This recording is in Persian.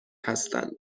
هستند